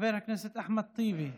חבר הכנסת אחמד טיבי,